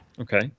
Okay